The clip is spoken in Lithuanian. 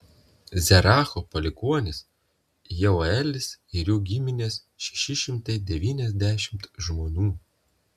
zeracho palikuonys jeuelis ir jų giminės šeši šimtai devyniasdešimt žmonių